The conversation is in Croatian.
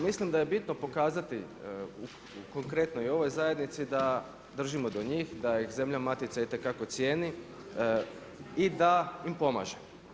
Mislim da je bitno pokazati konkretno i ovoj zajednici, da držimo do njih, da ih zemlje matica itekako cijeni i da im pomaže.